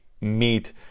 meet